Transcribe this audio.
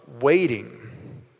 waiting